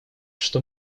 что